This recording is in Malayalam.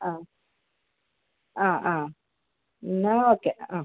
ആ ആ ആ എന്നാൽ ഓക്കെ ആ